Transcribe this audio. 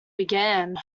began